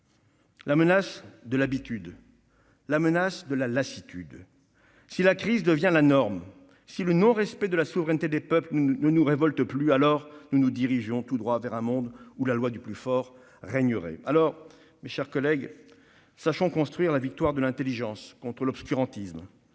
est celle de l'habitude et de la lassitude. Si la crise devient la norme, si le non-respect de la souveraineté des peuples ne nous révolte plus, alors nous nous dirigions tout droit vers un monde où la loi du plus fort régnera. Mes chers collègues, sachons construire la victoire de l'intelligence contre l'obscurantisme.